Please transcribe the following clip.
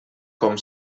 com